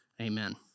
Amen